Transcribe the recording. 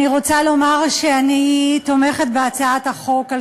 אני רוצה לומר שאני תומכת בהצעת חוק הפיקוח